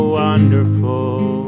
wonderful